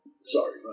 Sorry